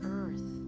earth